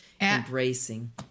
embracing